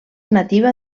nativa